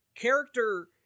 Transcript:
character